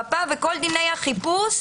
וכל דיני החיפוש,